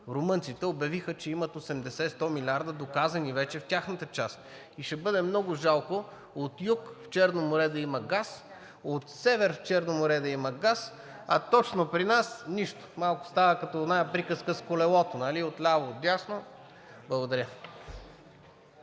Румънците обявиха, че имат 80 – 100 милиарда, доказани вече, в тяхната част. И ще бъде много жалко от юг в Черно море да има газ, от север в Черно море да има газ, а точно при нас – нищо. Малко става като онази приказка с колелото – отляво, отдясно... Благодаря.